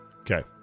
Okay